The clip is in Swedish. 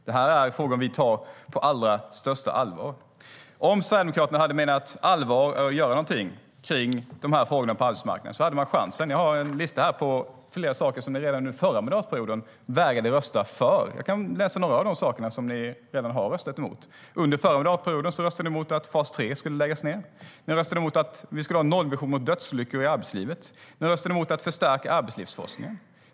Detta är frågor som vi tar på allra största allvar. Under förra mandatperioden röstade ni emot att fas 3 skulle läggas ned, och ni röstade emot att vi skulle ha en nollvision mot dödsolyckor i arbetslivet. Ni röstade emot att förstärka arbetslivsforskningen.